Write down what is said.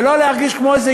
לא להרגיש כמו איזה